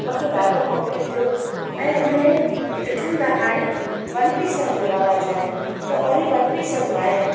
मूंखे ॾाढो प्रॉफिट थियो ऐं इन में ॾिठमि त हाणे वन पीसनि जो रवाजु आहे त वरी वन पीस घुरायां